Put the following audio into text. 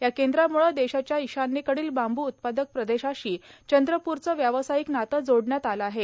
या केंद्रामुळे देशाच्या ईशान्येकडील बांबू उत्पादक प्रदेशाशी चंद्रप्रचे व्यावसाथिक नाते जोडले गेले आहे